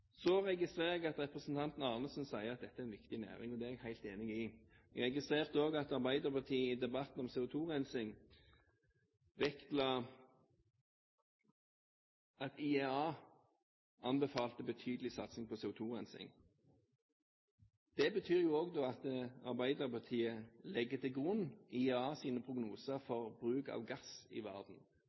Så registrerer jeg at representanten Arnesen sier at dette er en viktig næring. Det er jeg helt enig i. Jeg registrerte også at Arbeiderpartiet i debatten om CO2-rensing vektla at IEA anbefalte betydelig satsing på CO2-rensing. Det betyr jo også at Arbeiderpartiet legger til grunn IEAs prognoser for bruk av gass i verden,